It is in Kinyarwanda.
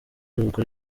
iruhuko